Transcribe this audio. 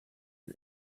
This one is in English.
him